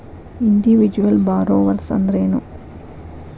Individual borrowers ಅಂದ್ರೇನು?